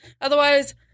Otherwise